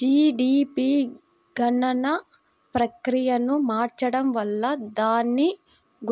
GDP గణన ప్రక్రియను మార్చడం వల్ల దాని